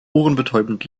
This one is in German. ohrenbetäubend